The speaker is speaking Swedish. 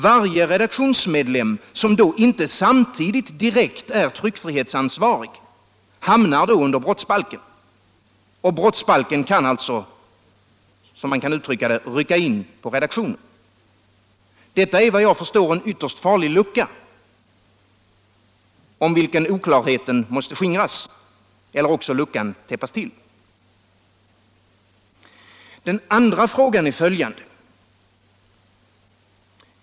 Varje redaktionsmedlem som inte samtidigt direkt är tryckfrihetsansvarig hamnar då under brottsbalken. Brottsbalken kan alltså, som man kan uttrycka det, rycka in på redaktionerna. Det är en ytterst farlig lucka, som omedelbart måste täppas till eller som man måste skingra oklarheten omkring. Den andra frågan är följande.